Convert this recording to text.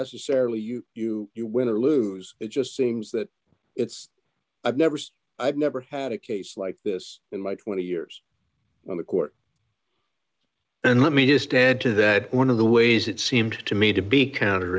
necessarily you you you win or lose it just seems that it's i've never i've never had a case like this in my twenty years when the court and let me just add to that one of the ways it seemed to me to be counter